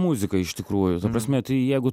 muzika iš tikrųjų ta prasme tai jeigu